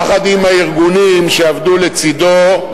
יחד עם הארגונים שעבדו לצדו,